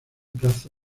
plazo